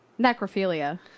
necrophilia